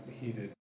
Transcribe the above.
heated